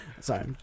Sorry